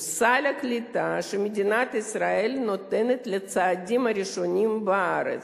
סל הקליטה שמדינת ישראל נותנת לצעדים הראשונים בארץ.